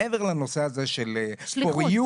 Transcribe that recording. מעבר לנושא הזה של פוריות,